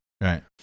Right